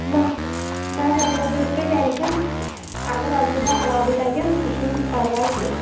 نہ نہ حظ وۄنۍ مہٕ بٔرِو تُہۍ ٹٮ۪نٛشَن اگر رۄپیہِ داہ علاوٕے لگن سُہ چھُنہٕ پرواے کینہہ